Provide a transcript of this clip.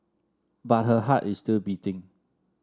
but her heart is still beating